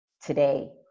today